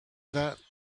that